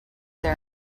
there